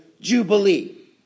jubilee